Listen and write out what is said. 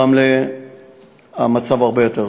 ברמלה המצב הרבה יותר טוב.